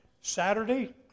Saturday